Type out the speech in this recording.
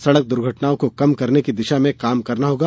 सड़क दुर्घटनाओं को कम करने की दिशा में काम करना होगा